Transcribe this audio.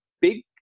big